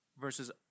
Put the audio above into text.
versus